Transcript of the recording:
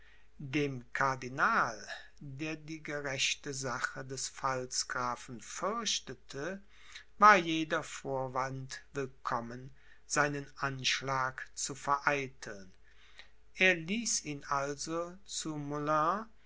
dem cardinal der die gerechte sache des pfalzgrafen fürchtete war jeder vorwand willkommen seinen anschlag zu vereiteln er ließ ihn also zu